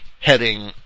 heading